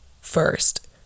first